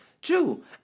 True